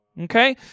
Okay